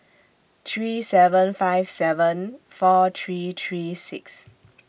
three seven five seven four three three six